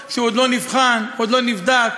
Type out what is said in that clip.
הוא שונה במעט ביחס לבסיס שהתקבל בממשלה הקודמת,